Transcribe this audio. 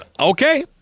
Okay